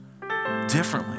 differently